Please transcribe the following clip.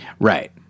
Right